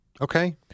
Okay